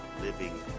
living